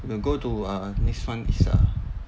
will go to err next one is err